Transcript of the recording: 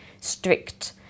strict